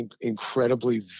incredibly